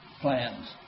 plans